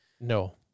no